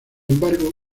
embargo